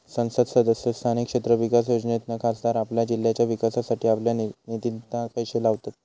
संसद सदस्य स्थानीय क्षेत्र विकास योजनेतना खासदार आपल्या जिल्ह्याच्या विकासासाठी आपल्या निधितना पैशे लावतत